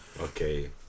Okay